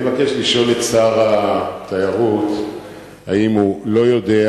אני מבקש לשאול את שר התיירות אם הוא לא יודע,